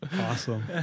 Awesome